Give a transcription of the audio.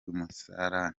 umusarani